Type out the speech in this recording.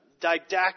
didactic